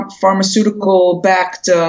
pharmaceutical-backed